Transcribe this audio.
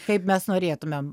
kaip mes norėtumėm